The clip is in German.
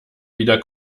wieder